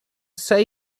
say